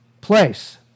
place